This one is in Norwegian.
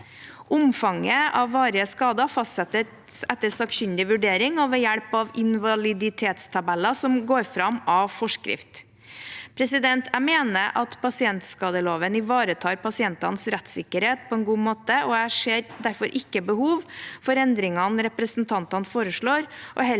Omfanget av varige skader fastsettes etter sakkyndig vurdering og ved hjelp av invaliditetstabeller som går fram av forskrift. Jeg mener pasientskadeloven ivaretar pasientenes rettssikkerhet på en god måte. Jeg ser derfor ikke behov for endringene representantene foreslår,